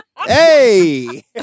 Hey